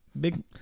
Big